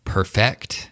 Perfect